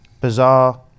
bizarre